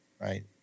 right